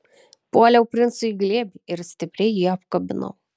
puoliau princui į glėbį ir stipriai jį apkabinau